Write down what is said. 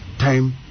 time